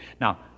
Now